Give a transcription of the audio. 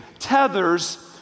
tethers